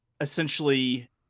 essentially